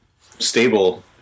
stable